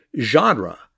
genre